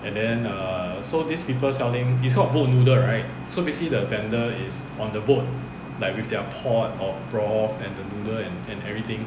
and then err so these people selling is called boat noodle right so basically the vendor is on the boat like with their pot of broth and the noodle and and everything